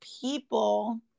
people